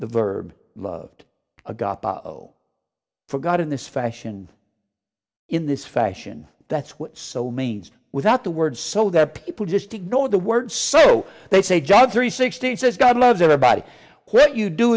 the verb loved a god forgot in this fashion in this fashion that's what so means without the words so that people just ignore the words so they say john three sixteen says god loves everybody what you do